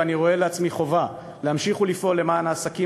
ואני רואה לעצמי חובה להמשיך ולפעול למען העסקים